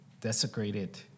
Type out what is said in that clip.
desecrated